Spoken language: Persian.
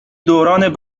دوران